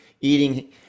eating